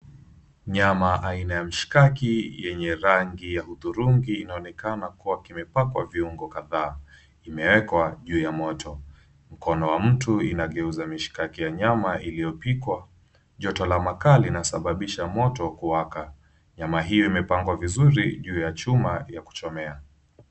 Nyama aina ya mshikaki yenye rangi ya hudhurungi inaonekana kuwa kimepakwa viungo kadhaa. Imewekwa juu ya moto. Mkono wa mtu inageuza mishikaki ya nyama iliyopikwa. Joto la makaa linasababisha moto kuwaka. Nyama hiyo imepangwa vizuri juu ya chuma ya kuchomea.